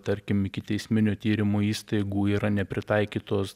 tarkim ikiteisminio tyrimo įstaigų yra nepritaikytos